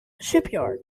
shipyard